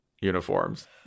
uniforms